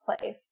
place